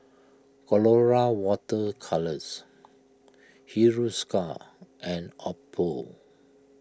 Colora Water Colours Hiruscar and Oppo